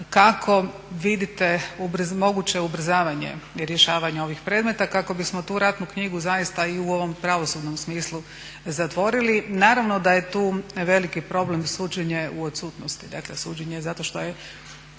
Kako vidite moguće ubrzavanje rješavanja ovih predmeta kako bismo tu ratnu knjigu zaista i u ovom pravosudnom smislu zatvorili. Naravno da je tu veliki problem suđenje u odsutnosti, dakle suđenje zato što je